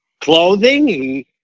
clothing